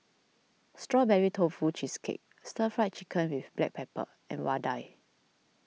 Strawberry Tofu Cheesecake Stir Fry Chicken with Black Pepper and Vadai